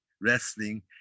wrestling